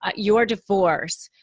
ah your divorce.